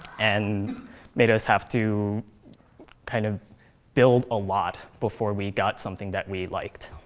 and made us have to kind of build a lot before we got something that we liked.